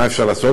מה אפשר לעשות,